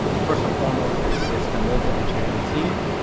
first and foremost it's it's the mobile engineering team.